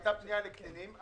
היתה פנייה לקטינים,